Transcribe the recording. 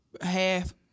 half